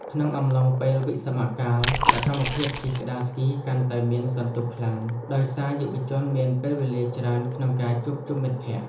ក្នុងអំឡុងពេលវិស្សមកាល សកម្មភាពជិះក្ដារស្គីកាន់តែមានសន្ទុះខ្លាំង ដោយសារយុវជនមានពេលវេលាច្រើនក្នុងការជួបជុំមិត្តភក្ដិ។